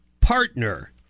partner